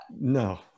No